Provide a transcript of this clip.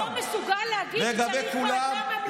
למה אתה לא מסוגל להגיד שצריך ועדה ממלכתית?